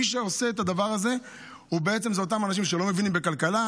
מי שעושה את הדבר הזה הם בעצם אותם אנשים שלא מבינים בכלכלה,